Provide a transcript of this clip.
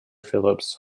phillips